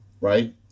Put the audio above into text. right